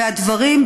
והדברים,